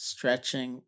Stretching